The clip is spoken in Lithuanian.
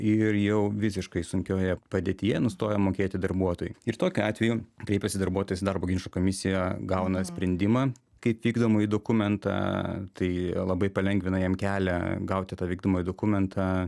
ir jau visiškai sunkioje padėtyje nustoja mokėti darbuotojui ir tokiu atveju kreipiasi darbuotojas į darbo ginčų komisiją gauna sprendimą kaip vykdomąjį dokumentą tai labai palengvina jam kelią gauti tą vykdomąjį dokumentą